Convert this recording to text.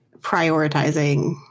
prioritizing